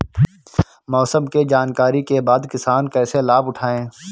मौसम के जानकरी के बाद किसान कैसे लाभ उठाएं?